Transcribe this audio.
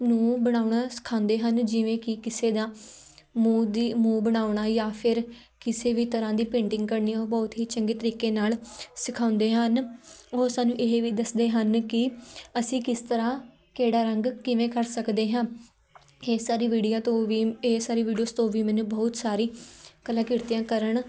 ਨੂੰ ਬਣਾਉਣਾ ਸਖਾਉਂਦੇ ਹਨ ਜਿਵੇਂ ਕਿ ਕਿਸੇ ਦਾ ਮੂੰਹ ਦੀ ਮੂੰਹ ਬਣਾਉਣਾ ਜਾਂ ਫਿਰ ਕਿਸੇ ਵੀ ਤਰ੍ਹਾਂ ਦੀ ਪੇਂਟਿੰਗ ਕਰਨੀ ਉਹ ਬਹੁਤ ਹੀ ਚੰਗੇ ਤਰੀਕੇ ਨਾਲ ਸਿਖਾਉਂਦੇ ਹਨ ਉਹ ਸਾਨੂੰ ਇਹ ਵੀ ਦੱਸਦੇ ਹਨ ਕਿ ਅਸੀਂ ਕਿਸ ਤਰ੍ਹਾਂ ਕਿਹੜਾ ਰੰਗ ਕਿਵੇਂ ਕਰ ਸਕਦੇ ਹਾਂ ਇਹ ਸਾਰੀ ਵੀਡੀਆ ਤੋਂ ਵੀ ਇਹ ਸਾਰੀ ਵੀਡੀਓਜ਼ ਤੋਂ ਵੀ ਮੈਨੂੰ ਬਹੁਤ ਸਾਰੀ ਕਲਾ ਕਿਰਤੀਆਂ ਕਰਨ